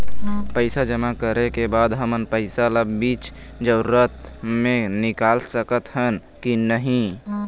पैसा जमा करे के बाद हमन पैसा ला बीच जरूरत मे निकाल सकत हन की नहीं?